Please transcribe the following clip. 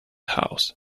house